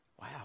Wow